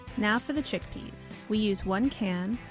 now for the chickpeas. we use one can.